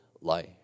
life